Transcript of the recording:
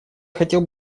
хотел